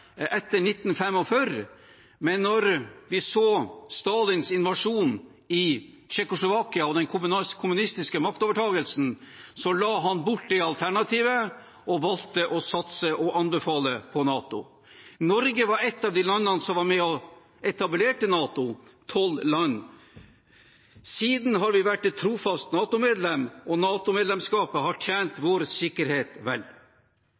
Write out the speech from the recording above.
etter 1945, men da de så Stalins innovasjon i Tsjekkoslovakia og den kommunistiske maktovertakelsen, la han bort det alternativet og valgte å satse på og anbefale NATO. Norge var et av de landene som var med og etablerte NATO, det var 12 land. Siden har vi vært et trofast NATO-medlem, og NATO-medlemskapet har tjent vår sikkerhet vel.